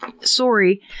sorry